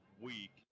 week